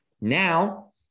Now